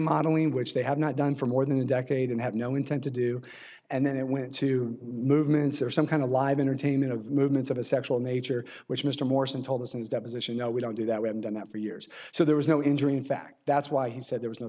modeling which they have not done for more than a decade and had no intent to do and then it went to movements or some kind of live entertainment of movements of a sexual nature which mr morrison told us in his deposition no we don't do that we haven't done that for years so there was no injury in fact that's why he said there was no